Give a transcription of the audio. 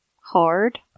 Hard